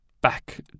back